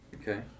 Okay